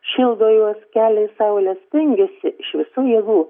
šildo juos kelia saulė stengiasi iš visų jėgų